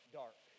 dark